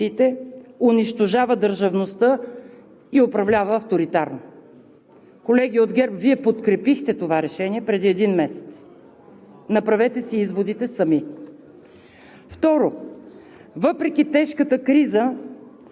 Затова аргументирано твърдим, че той убива институциите, унищожава държавността и управлява авторитарно. Колеги от ГЕРБ, Вие подкрепихте това решение преди един месец. Направете си изводите сами!